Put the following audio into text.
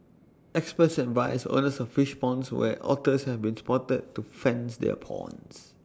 experts advise owners of fish ponds where otters have been spotted to fence their ponds